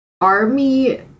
army